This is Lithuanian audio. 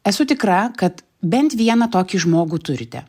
esu tikra kad bent vieną tokį žmogų turite